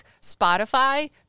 Spotify